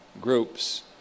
groups